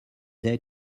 they